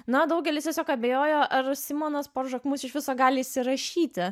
na daugelis tiesiog abejojo ar simonas por žakmus iš viso gali įsirašyti